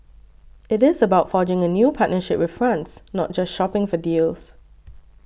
it is about forging a new partnership with France not just shopping for deals